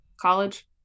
College